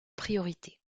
priorité